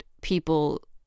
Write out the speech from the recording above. people